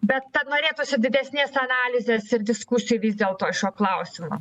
bet ta norėtųsi didesnės analizės ir diskusijų vis dėlto šiuo klausimu